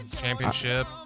championship